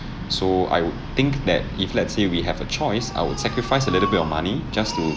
so I would think that if let's say we have a choice I would sacrifice a little bit of money just to